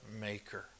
Maker